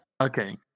okay